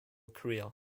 career